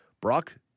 Brock